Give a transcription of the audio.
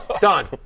Done